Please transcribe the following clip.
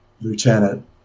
Lieutenant